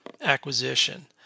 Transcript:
acquisition